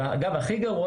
אגב, יותר גרוע